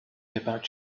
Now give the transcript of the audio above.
about